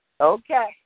Okay